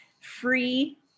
free